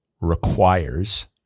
requires